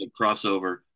crossover